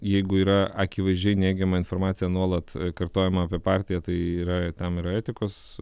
jeigu yra akivaizdžiai neigiama informacija nuolat kartojama apie partiją tai yra tam yra etikos